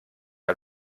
der